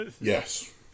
Yes